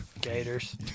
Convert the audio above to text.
Gators